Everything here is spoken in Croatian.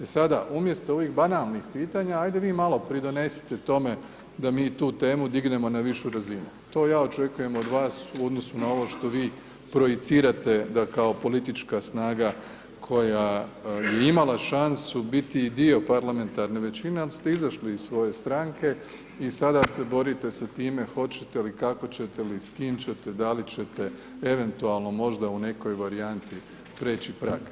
E sada umjesto ovih banalnih pitanja, ajde vi malo pridonesete tome, da mi tu temu dignemo na višu razinu, to ja očekujem od vas, u odnosu na ovo što vi projicirate, da kao politička snaga, koja je imala šansu biti dio parlamentarne većine, vi ste izašli iz svoje stranke, i sada se borite sa time, hoćete li i kako ćete i s kim ćete, da li ćete, eventualno možda u nekoj varijanti preći prag.